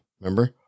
remember